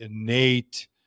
innate